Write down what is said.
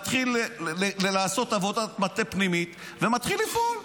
מתחיל לעשות עבודת מטה פנימית ומתחיל לפעול.